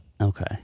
Okay